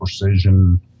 precision